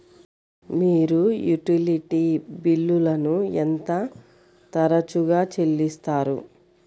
మీరు యుటిలిటీ బిల్లులను ఎంత తరచుగా చెల్లిస్తారు?